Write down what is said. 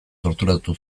torturatu